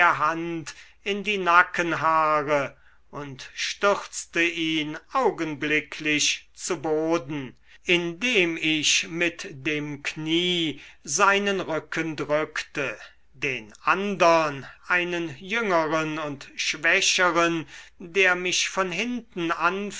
hand in die nackenhaare und stürzte ihn augenblicklich zu boden indem ich mit dem knie seinen rücken drückte den andern einen jüngeren und schwächeren der mich von hinten